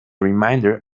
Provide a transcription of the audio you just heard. remainder